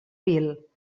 vil